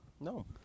No